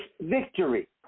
victory